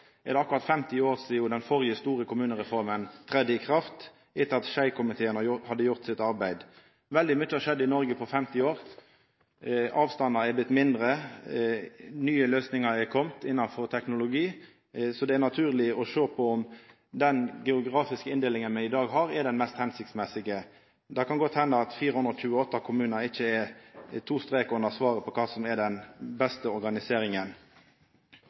sidan den førre store kommunereforma tredde i kraft, etter at Skei-komiteen hadde gjort sitt arbeid. Veldig mykje har skjedd i Noreg på 50 år. Avstandane har blitt mindre, nye løysingar innanfor teknologi har kome, så det er naturleg å sjå på om den geografiske inndelinga me har i dag, er den mest hensiktsmessige. Det kan godt henda at 428 kommunar ikkje er svaret med to strekar under med omsyn til kva som er den beste organiseringa.